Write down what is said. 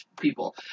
people